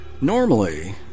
Normally